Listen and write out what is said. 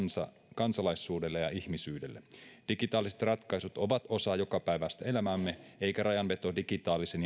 kansalaisuudelle ja ihmisyydelle digitaaliset ratkaisut ovat osa jokapäiväistä elämäämme eikä rajanveto digitaalisen